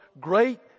great